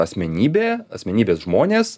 asmenybė asmenybės žmonės